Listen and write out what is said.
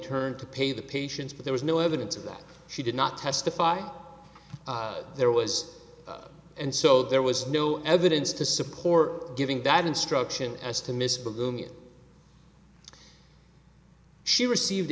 turn to pay the patients but there was no evidence of that she did not testify there was and so there was no evidence to support giving that instruction as to misbehave she received